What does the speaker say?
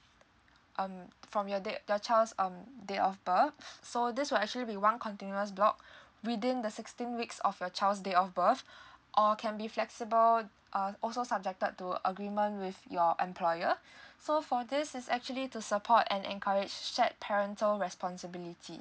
um from your date your child's um date of birth so this will actually be one continuous block within the sixteen weeks of your child's date of birth or can be flexible uh also subjected to agreement with your employer so for this is actually to support and encourage shared parental responsibility